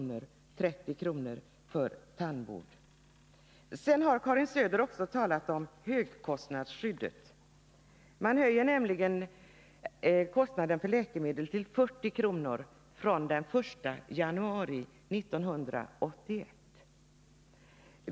för resor i 101 Karin Söder har också talat om högkostnadsskyddet. Kostnaden för läkemedel höjs nämligen till 40 kr. från den 1 januari 1981.